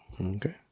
Okay